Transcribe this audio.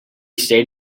stayed